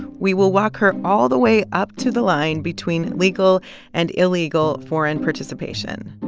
we will walk her all the way up to the line between legal and illegal foreign participation.